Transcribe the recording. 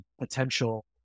potential